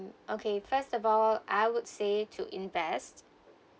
okay first of all I would say to invest